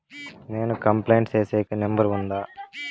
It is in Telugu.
నేను కంప్లైంట్ సేసేకి నెంబర్ ఉందా?